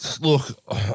Look